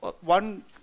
One